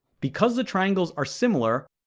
because the triangles are similar,